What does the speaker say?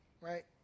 right